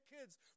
kids